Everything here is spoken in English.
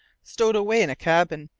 stowed away in a cabin,